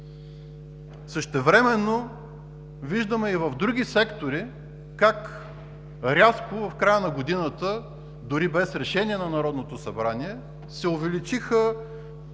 Същевременно виждаме и в други сектори как рязко в края на годината, дори без решение на Народното събрание, се увеличиха